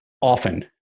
often